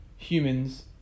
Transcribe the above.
humans